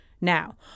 Now